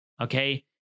Okay